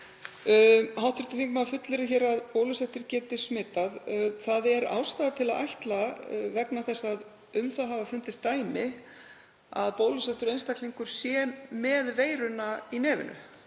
í dag. Hv. þingmaður fullyrðir hér að bólusettir geti smitað. Það er ástæða til að ætla, vegna þess að um það hafa fundist dæmi, að bólusettur einstaklingur sé með veiruna í nefinu.